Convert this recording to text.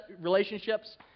relationships